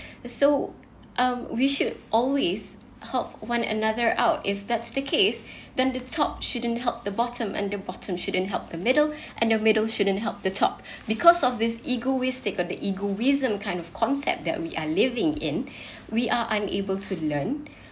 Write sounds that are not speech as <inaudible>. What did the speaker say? <breath> so um we should always help one another out if that's the case <breath> then the top shouldn't help the bottom and the bottom shouldn't help the middle <breath> and the middle shouldn't help the top <breath> because of this egoistic or the egoism kind of concept that we are living in <breath> we are unable to learn